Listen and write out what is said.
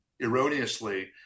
erroneously